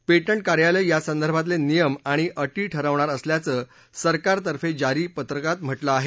patent कार्यालय या संदर्भातले नियम आणि अटी ठरवणार असल्याचा सरकार तर्फे जारी पत्रात म्हटलं आहे